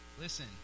Listen